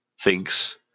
thinks